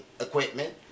equipment